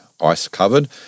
ice-covered